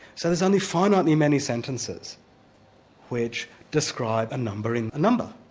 so there's only finitely many sentences which describe a number in a number,